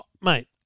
Mate